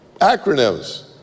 acronyms